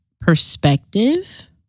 perspective